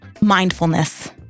Mindfulness